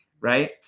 right